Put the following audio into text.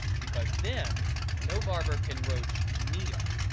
because then no barber can roach me up.